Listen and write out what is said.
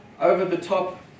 over-the-top